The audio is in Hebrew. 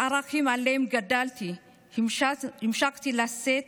המשכתי לשאת